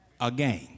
again